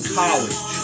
college